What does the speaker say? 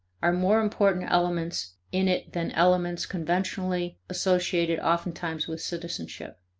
are more important elements in it than elements conventionally associated oftentimes with citizenship.